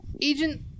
Agent